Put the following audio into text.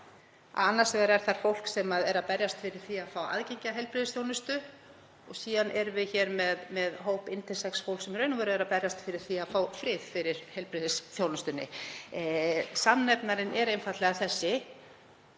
annars vegar er fólk sem er að berjast fyrir því að fá aðgengi að heilbrigðisþjónustu og síðan erum við með hóp intersex fólks sem er í raun og veru að berjast fyrir því að fá frið fyrir heilbrigðisþjónustunni. Samnefnarinn er einfaldlega þessi: